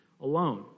alone